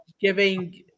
giving